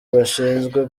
bashinzwe